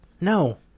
No